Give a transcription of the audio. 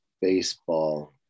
baseball